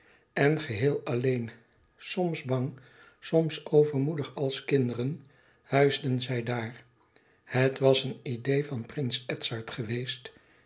en geheel alleen soms bang soms overmoedig als kinderen huisden zij daar het was een idee van prins edzard geweest